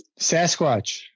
Sasquatch